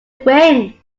win